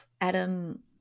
Adam